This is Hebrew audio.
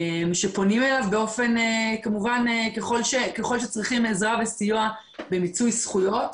שפונים אליו ככל שצריכים עזרה וסיוע במיצוי זכויות,